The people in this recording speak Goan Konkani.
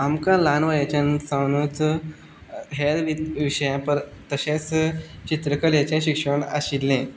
आमकां ल्हान वयांच्यान सावनच हेर विशयांत तशेंच चित्रकलेचें शिक्षण आशिल्लें